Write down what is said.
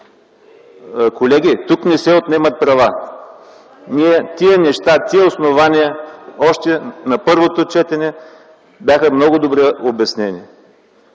Колеги, тук не се отнемат права. Тези основания още на първото четене бяха много добре обяснени.